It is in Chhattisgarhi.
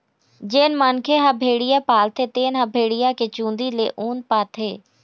जेन मनखे ह भेड़िया पालथे तेन ह भेड़िया के चूंदी ले ऊन पाथे